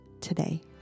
today